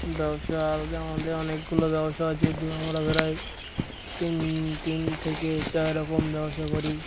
ব্যবসা আদতে আমাদের অনেকগুলো ব্যবসা আছে দু আমরা প্রায় তিন তিন থেকে চার রকম ব্যবসা করি